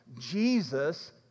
Jesus